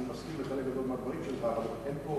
אני מסכים עם חלק גדול מהדברים שלך, אבל יש פה